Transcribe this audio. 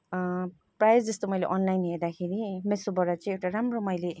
प्रायः जस्तो मैले अनलाइन हेर्दाखेरि मिसोबाट चाहिँ एउटा राम्रो मैले